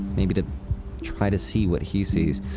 maybe to try to see what he sees.